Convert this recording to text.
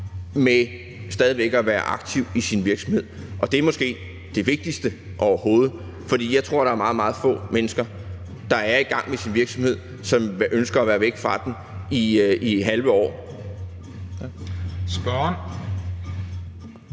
med stadig væk at være aktiv i sin virksomhed. Og det er måske det vigtigste overhovedet, for jeg tror, der er meget, meget få mennesker, der er i gang med deres virksomhed, som ønsker at være væk fra den i halve år. Kl.